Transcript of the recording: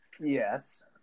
yes